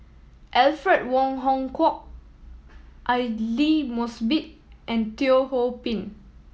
Alfred Wong Hong Kwok Aidli Mosbit and Teo Ho Pin